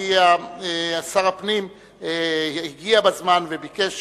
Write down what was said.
שר הפנים הגיע בזמן וביקש